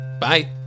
bye